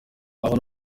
aho